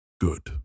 good